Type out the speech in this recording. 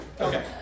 Okay